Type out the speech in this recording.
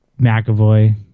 McAvoy